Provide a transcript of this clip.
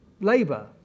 Labour